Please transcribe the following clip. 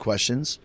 Questions